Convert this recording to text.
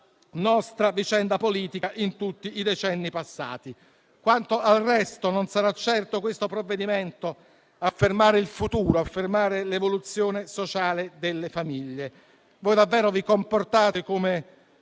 nostra vicenda politica in tutti i decenni passati. Quanto al resto, non sarà certo questo provvedimento a fermare il futuro, a fermare l'evoluzione sociale delle famiglie. Voi davvero vi comportate come